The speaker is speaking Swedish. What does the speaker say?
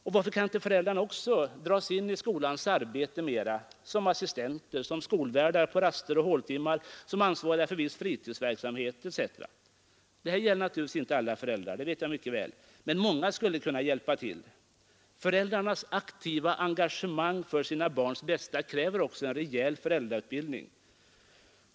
Och varför kan inte föräldrarna också dras in i skolans arbete mera såsom assistenter, som skolvärdar på raster och under håltimmar, som ansvariga för viss fritidsverksamhet etc.? Det här gäller naturligtvis inte alla föräldrar, det vet jag mycket väl, men många skulle kunna hjälpa till. Föräldrarnas aktiva engagemang för sina barns bästa kräver också en rejäl föräldrautbildning.